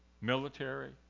military